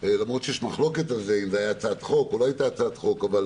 למרות שיש מחלוקת על זה אם זו הייתה הצעת חוק או לא הצעת חוק,